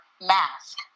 mask